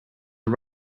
are